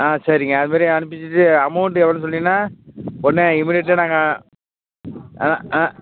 ஆ சரிங்க அது மாதிரி அனுப்பி வச்சுட்டு அமௌண்டு எவ்வளோனு சொன்னிங்கன்னா ஒன்று இமீடியட்டாக நாங்கள்